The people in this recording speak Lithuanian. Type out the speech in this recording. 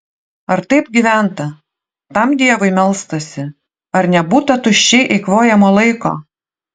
ar taip gyventa tam dievui melstasi ar nebūta tuščiai eikvojamo laiko